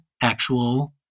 actual